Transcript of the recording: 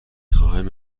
خواهم